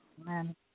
Amen